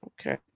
Okay